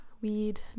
weed